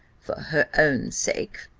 for her own sake,